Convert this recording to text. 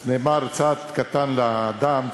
נאמר: צעד קטן לאדם,